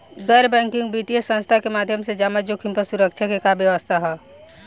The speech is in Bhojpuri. गैर बैंकिंग वित्तीय संस्था के माध्यम से जमा जोखिम पर सुरक्षा के का व्यवस्था ह?